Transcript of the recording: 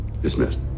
Dismissed